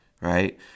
right